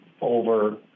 over